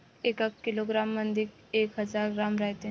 एका किलोग्रॅम मंधी एक हजार ग्रॅम रायते